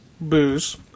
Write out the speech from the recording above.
booze